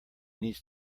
needs